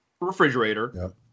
refrigerator